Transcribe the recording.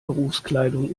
berufskleidung